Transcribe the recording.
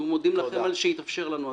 אנחנו מודים לכם על שהתאפשר לנו הדבר.